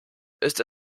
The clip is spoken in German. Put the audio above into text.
ist